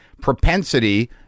propensity